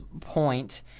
point